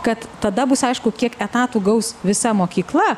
kad tada bus aišku kiek etatų gaus visa mokykla